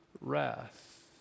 wrath